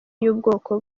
y’ubwoko